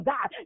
God